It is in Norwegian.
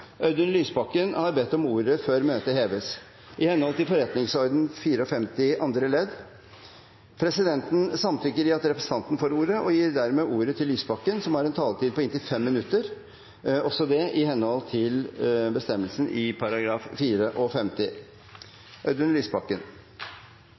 Audun Lysbakken har bedt om ordet før møtet heves, i henhold til forretningsordenens § 54 andre ledd. Presidenten samtykker i at representanten får ordet, og gir dermed ordet til Lysbakken som har en taletid på inntil 5 minutter, også det i henhold til